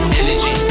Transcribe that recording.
energy